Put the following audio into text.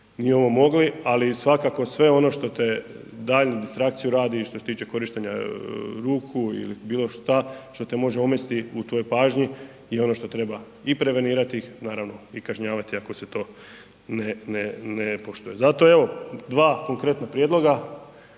ni ovo mogli, ali svakako sve ono što te daljnju distrakciju radi i što se tiče korištenja ruku ili bilo što što te može omesti u tvojoj pažnji i ono što treba i prevenirati ih, naravno i kažnjavati ako se to ne poštuje. Zato evo, 2 konkretna prijedloga,